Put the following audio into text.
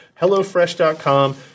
HelloFresh.com